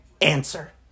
answer